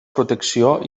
protecció